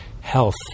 health